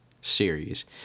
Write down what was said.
series